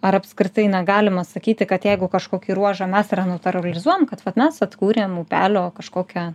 ar apskritai negalima sakyti kad jeigu kažkokį ruožą mes renatūralizuojam kad vat mes atkūrėm upelio kažkokią